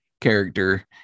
character